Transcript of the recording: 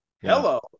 hello